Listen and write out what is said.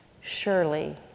surely